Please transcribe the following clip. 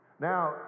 Now